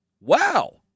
Wow